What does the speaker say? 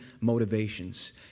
motivations